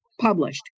published